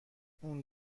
اون